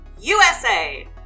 USA